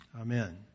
Amen